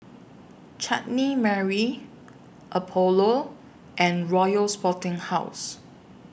Chutney Mary Apollo and Royal Sporting House